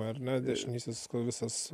ar ne dešinysis visas